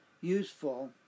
useful